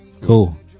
Cool